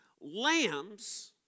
Lambs